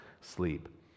sleep